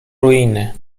ruiny